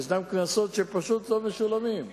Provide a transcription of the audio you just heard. יש קנסות שפשוט לא משולמים.